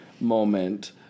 moment